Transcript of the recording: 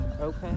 okay